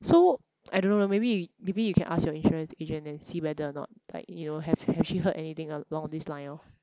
so I don't know maybe maybe you can ask your insurance agent and see whether or not like you know have has she heard anything along this line orh